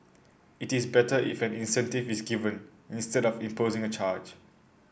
it is better if an incentive is given instead of imposing a charge